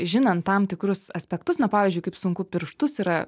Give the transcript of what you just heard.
žinant tam tikrus aspektus na pavyzdžiui kaip sunku pirštus yra